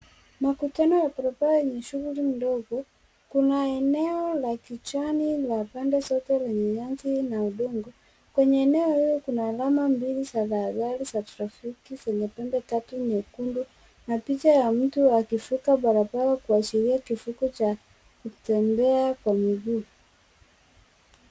Makutano ya barabara yenye shughuli ndogo kuna eneo la kijani pande zote lenye nyasi na udongo .Kwenye eneo hili kuna alama mbili za barabara za trafiki zenye pembe tatu nyekundu na picha ya mtu akivuka barabara kuashiria kivuko cha kutembea kwa miguu.